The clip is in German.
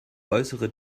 äußere